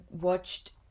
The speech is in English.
watched